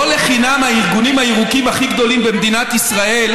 לא לחינם הארגונים הירוקים הכי גדולים במדינת ישראל,